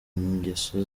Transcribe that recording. ingeso